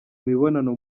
mibonano